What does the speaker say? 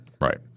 right